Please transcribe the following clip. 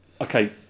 okay